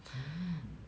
mm